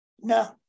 No